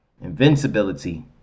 invincibility